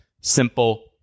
simple